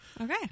okay